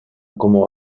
como